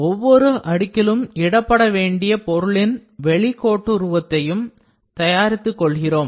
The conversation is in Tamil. ஒவ்வொரு அடுக்கிலும் இடப்பட வேண்டிய பொருளின் வெளிக்கோட்டுருவத்தையும் தயாரித்துக் கொள்கிறோம்